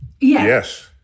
Yes